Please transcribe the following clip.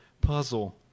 puzzle